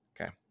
Okay